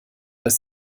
dass